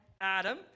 Adam